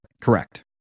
Correct